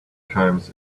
times